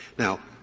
now,